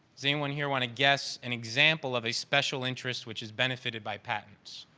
does anyone here want to guess an example of a special interest, which is benefited by patents?